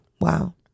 Wow